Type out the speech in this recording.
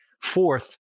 Fourth